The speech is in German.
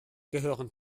gehören